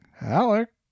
Alex